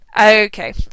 Okay